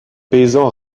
paysan